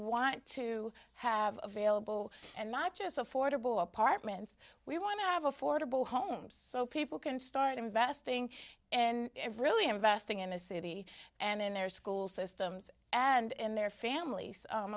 want to have available and not just affordable apartments we want to have affordable homes so people can start investing in every early investing in a city and in their school systems and in their families